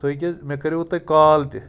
تُہۍ کیٛاہ مےٚ کَریووُ تۄہہِ کال تہِ